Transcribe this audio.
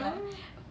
!aww!